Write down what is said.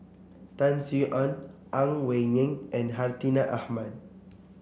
Tan Sin Aun Ang Wei Neng and Hartinah Ahmad